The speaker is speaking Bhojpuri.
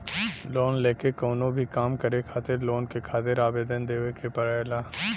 लोन लेके कउनो भी काम करे खातिर लोन के खातिर आवेदन देवे के पड़ला